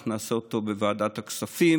אנחנו נעשה אותו בוועדת הכספים,